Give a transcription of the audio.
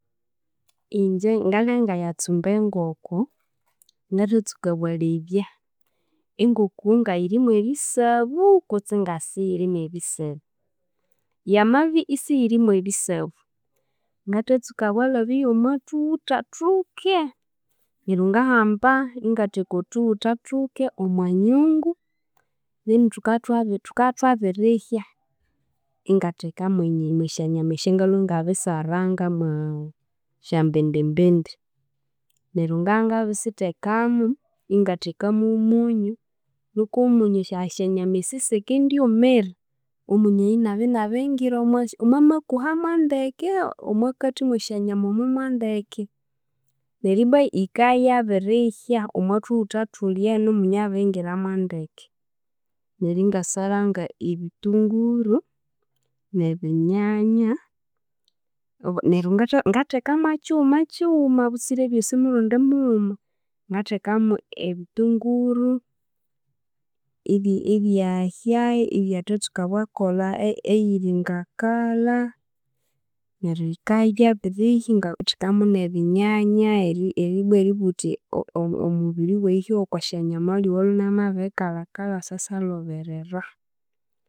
Ingye ngabya ingayatsumba engoko, ngathatsuka bwalebya engoko ngayiri mw'ebisabu kutse ngasiyiri mw'ebisabu, yamabya isiyiri mw'ebisabu, ngathatsuka obwalabya y'omo thughutha thuke, neryo ngahamba ingatheka othughutha thuke omwa nyungu, then thukabya thwabi thukabya thwabirihya ingatheka mwe mw'esyanyama esyangalwe ingabisaranga mwa syambindi mbindi, neryo ngabya ingabisithekamu, ingatheka mw'omunyo nuko omunyu esya esyanyama esi ahasikendyumira, omunyu oyu inabya inabiringira omo makuha mwandeke omwa kathi mw'esyanyama omu mwandeke, neryo ibbwa yikabya yabirihya omwa thughutha thulya, n'omunyu inabiringira mwandeke, neryo ingasaranga ebitunguru n'ebinyanya, obo neryo ngatha ngatheka mwakighuma kighuma kabutsire ebyosi murundi mughuma, ngathekamu ebitunguru ibya ibyahya ibyathatsuka obwakolha eyi eyiringa colour, neryo yikabya yabirihya ingathekamo n'ebinyanya eri eri ibbwa eribugha wuthi oo omubiri w'eyihya olya ow'oko syanyama owalwe inamabikala kala asasyaloberera.